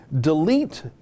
delete